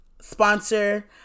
sponsor